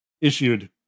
issued